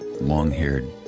long-haired